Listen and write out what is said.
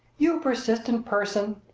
you persistent person!